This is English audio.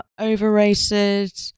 overrated